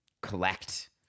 collect